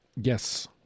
Yes